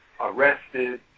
arrested